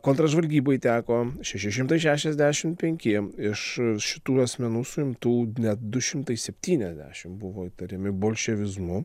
kontržvalgybai teko šeši šimtai šešiasdešimt penki iš šitų asmenų suimtų net du šimtai septyniasdešimt buvo įtariami bolševizmu